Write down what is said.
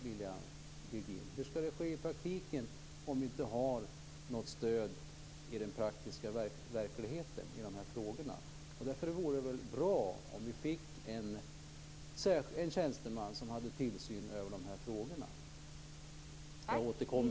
Hur skall det ske i praktiken om vi inte har något stöd i den praktiska verkligheten i de här frågorna? Därför vore det väl bra om vi fick en tjänsteman som hade tillsyn över de här frågorna.